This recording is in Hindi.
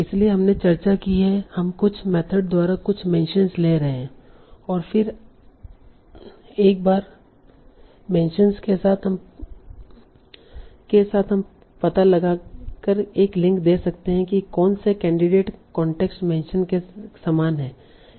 इसलिए हमने चर्चा की है हम कुछ मेथड द्वारा कुछ मेंशन ले सकते हैं और फिर एक बार मेंशन के साथ हम पता लगाकर एक लिंक दे सकते हैं कि कौन से कैंडिडेट कांटेक्स्ट मेंशन के समान हैं